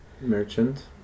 Merchant